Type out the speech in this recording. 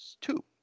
two